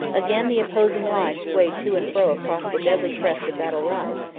again the opposing lines swayed to and fro across the deadly crest of battle rise,